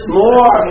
more